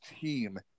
team